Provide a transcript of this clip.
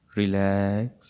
relax